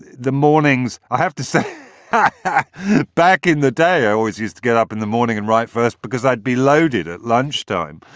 the mornings i have to say hi back in the day. i always used to get up in the morning and write verse because i'd be loaded at lunchtime.